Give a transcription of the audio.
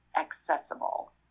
accessible